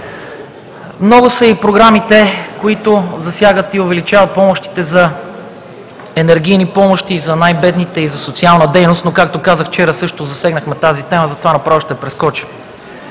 Много са и програмите, които засягат и увеличават помощите – за енергийни помощи за най-бедните и за социална дейност, но, както казах, вчера също засегнахме тази тема, затова направо ще я прескоча.